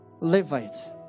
Levites